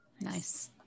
Nice